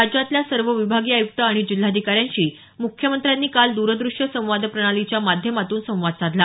राज्यातल्या सर्व विभागीय आयुक्त आणि जिल्हाधिकाऱ्यांशी मुख्यंत्र्यांनी काल द्रदृश्य संवाद प्रणालीच्या माध्यमातून संवाद साधला